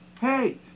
Hey